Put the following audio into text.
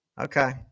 Okay